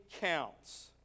counts